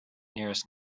nearest